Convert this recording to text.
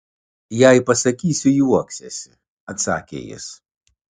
jei pasakysiu juoksiesi atsakė jis